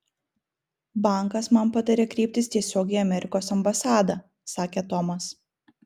bankas man patarė kreiptis tiesiogiai į amerikos ambasadą sakė tomas